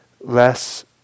less